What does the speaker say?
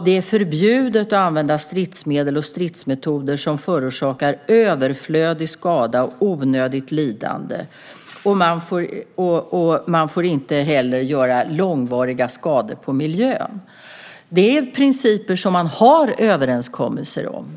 Det är förbjudet att använda stridsmedel och stridsmetoder som förorsakar överflödig skada och onödigt lidande. Man får inte heller göra långvariga skador på miljön. Detta är principer som man har överenskommelser om.